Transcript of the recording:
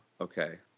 Okay